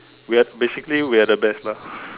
we are basically we are the best lah